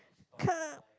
come